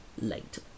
late